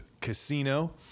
Casino